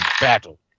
battle